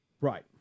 Right